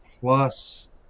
plus